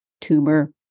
tumor